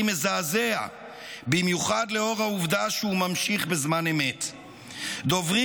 מזעזע במיוחד לאור העובדה שהוא ממשיך בזמן אמת"; "דוברים